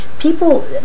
people